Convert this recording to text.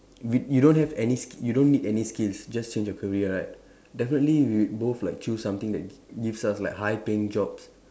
with you don't have any ski you don't need any skills just change your career right definitely we both like choose something that gi~ gives us like high paying jobs